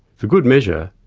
for good measure,